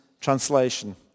translation